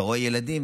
אתה רואה ילדים,